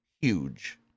huge